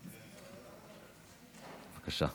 בבקשה.